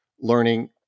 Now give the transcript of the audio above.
learning